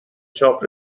چاپ